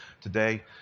today